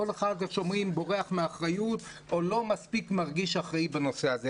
כל אחד איך שאומרים בורח מאחריות או לא מספיק מרגיש אחראי בנושא הזה.